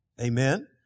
Amen